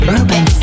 Urban